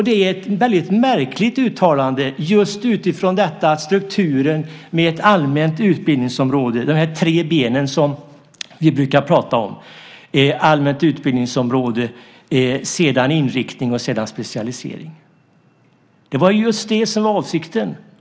Det är ett väldigt märkligt uttalande just utifrån strukturen med de tre benen som vi brukar prata om: allmänt utbildningsområde, sedan inriktning och sedan specialisering. Det var just det som var avsikten.